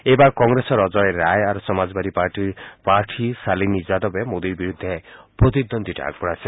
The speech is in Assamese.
এইবাৰ কংগ্ৰেছৰ অজয় ৰায় আৰু সমাজবাদী পাৰ্টীৰ প্ৰাৰ্থী শালিনী যাদৱে মোদীৰ বিৰুদ্ধে প্ৰতিদ্বন্দ্বিতা আগব্ঢ়াইছে